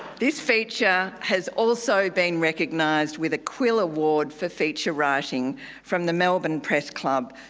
this feature has also been recognised with a quill award for feature writing from the melbourne press club,